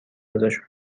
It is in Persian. ازشون